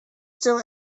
still